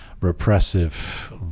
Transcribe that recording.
repressive